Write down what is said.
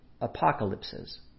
apocalypses